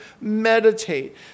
meditate